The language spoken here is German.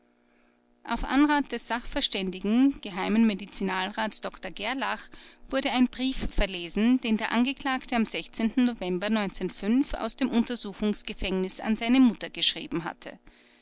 auf antrag des sachverständigen geh medizinalrats dr gerlach wurde ein brief verlesen den der angeklagte am november aus dem untersuchungsgefängnis an seine mutter geschrieben hatte